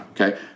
okay